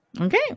Okay